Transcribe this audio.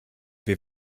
wir